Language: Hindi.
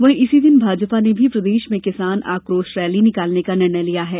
वहीं इसी दिन भाजपा ने भी प्रदेश में किसान आक्रोश रैली निकालने का निर्णय लिया है